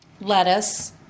lettuce